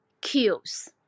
kills